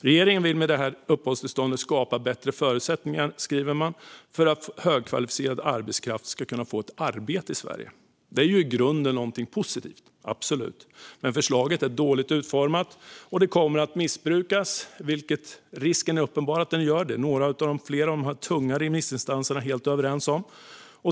Regeringen vill med detta uppehållstillstånd skapa bättre förutsättningar för högkvalificerad arbetskraft att få ett arbete i Sverige, skriver man. Det är i grunden något positivt, absolut, men förslaget är dåligt utformat. Att det är uppenbart att det kan komma att missbrukas är flera av de tunga remissinstanserna överens om.